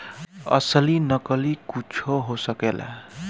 असली नकली कुच्छो हो सकेला